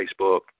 Facebook